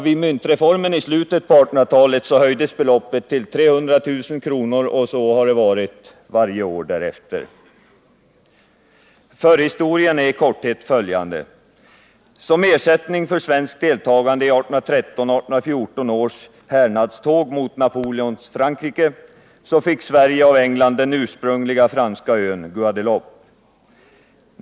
Vid myntreformen i slutet av 1800-talet höjdes beloppet till 300 000 kr., och så har det varit varje år därefter. Förhistorien är i korthet följande: Som ersättning för svenskt deltagande i 1813-1814 års härnadståg mot Napoleons Frankrike fick Sverige av England den ursprungligen franska ön Guadeloupe.